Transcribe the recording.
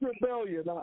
rebellion